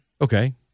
Okay